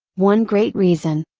one great reason,